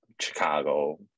Chicago